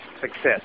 success